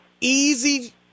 easy